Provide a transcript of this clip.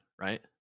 right